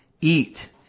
eat